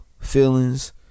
Feelings